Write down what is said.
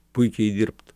puikiai dirbt